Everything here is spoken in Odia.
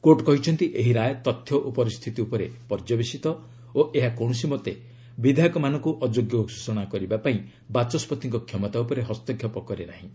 କୋର୍ଟ କହିଛନ୍ତି ଏହି ରାୟ ତଥ୍ୟ ଓ ପରିସ୍ଥିତି ଉପରେ ପର୍ଯ୍ୟବସିତ ଓ ଏହା କୌଣସିମତେ ବିଧାୟକମାନଙ୍କୁ ଅଯୋଗ୍ୟ ଘୋଷଣା କରିବା ପାଇଁ ବାଚସ୍ୱତିଙ୍କ ଷମତା ଉପରେ ହସ୍ତକ୍ଷେପ କରେ ନାହିଁ